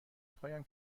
پایم